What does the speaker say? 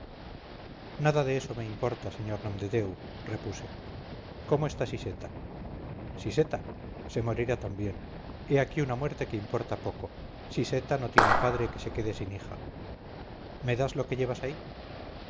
nada de eso me importa sr nomdedeu repuse cómo está siseta siseta se morirá también he aquí una muerte que importa poco siseta no tiene padre que se quede sin hija me das lo que llevas ahí